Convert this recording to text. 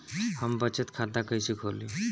हम बचत खाता कईसे खोली?